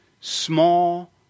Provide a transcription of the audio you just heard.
Small